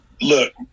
look